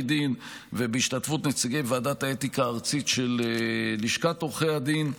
דין ובהשתתפות נציגי ועדת האתיקה הארצית של לשכת עורכי הדין.